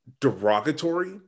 derogatory